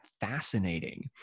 fascinating